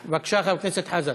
בבקשה, חבר הכנסת חזן.